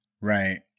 Right